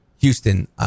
Houston